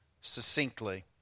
succinctly